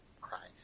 Christ